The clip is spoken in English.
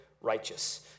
righteous